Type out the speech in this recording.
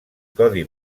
codi